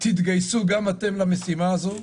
תתגייסו גם אתם למשימה הזאת.